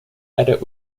edit